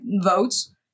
votes